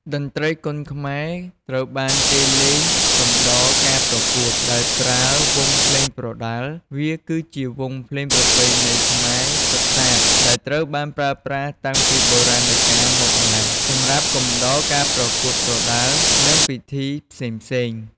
តន្ត្រីគុនខ្មែរ ត្រូវបានគេលេងកំដរការប្រកួត ដោយប្រើ វង់ភ្លេងប្រដាល់ វាគឺជា វង់ភ្លេងប្រពៃណីខ្មែរសុទ្ធសាធ ដែលត្រូវបានប្រើប្រាស់តាំងពីបុរាណកាលមកម្ល៉េះសម្រាប់កំដរការប្រកួតប្រដាល់ និងពិធីផ្សេងៗ។